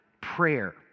prayer